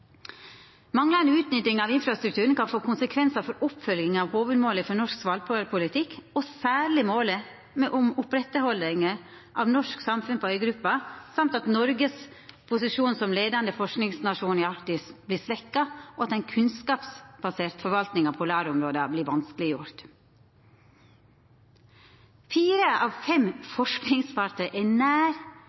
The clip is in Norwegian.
Manglande utnytting av infrastrukturen kan få konsekvensar for oppfølginga av hovudmåla for norsk svalbardpolitikk og særleg målet om å halda oppe norske samfunn på øya, samt at Noregs posisjon som leiande forskingsnasjon i Arktis vert svekt, og at ei kunnskapsbasert forvalting av polarområda vert vanskeleggjort. Fire av fem forskingsfartøy er nær